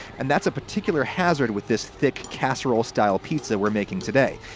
and that's a particular hazard with this thick, casserole-style pizza we're making today.